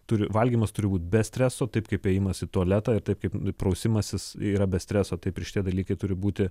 turi valgymas turi būt be streso taip kaip ėjimas į tualetą ir taip kaip prausimasis yra be streso taip ir šitie dalykai turi būti